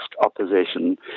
opposition